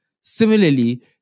Similarly